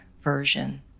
version